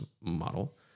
model